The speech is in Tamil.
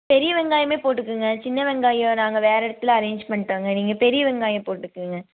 பெரிய வெங்காயமே போட்டுக்கங்க சின்ன வெங்காயம் நாங்கள் வேறு இடத்துல அரேஞ்ச் பண்ணிடோங்க நீங்கள் பெரிய வெங்காயம் போட்டுக்கங்க